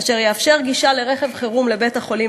אשר יאפשר גישה לרכב חירום לבית-החולים